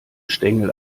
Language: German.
stängel